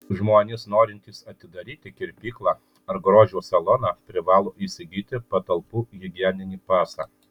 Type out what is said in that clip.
žmonės norintys atidaryti kirpyklą ar grožio saloną privalo įsigyti patalpų higieninį pasą